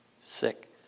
sick